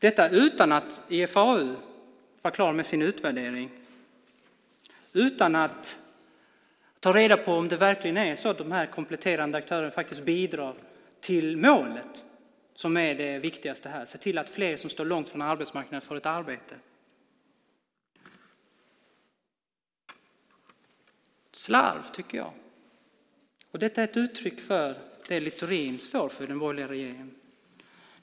Detta gjordes utan att IFAU var klar med sin utvärdering, utan att man tog reda på om det verkligen är så att de kompletterande aktörerna faktiskt bidrar till målet, som är det viktigaste, att se till att fler som står långt från arbetsmarknaden får ett arbete. Det är slarv, tycker jag. Detta är ett uttryck för det Littorin står för i den borgerliga regeringen.